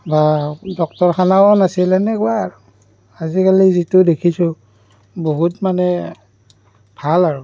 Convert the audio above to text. বা ডক্তৰখানাও নাছিল সেনেকুৱা আৰু আজিকালি যিটো দেখিছোঁ বহুত মানে ভাল আৰু